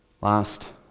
Last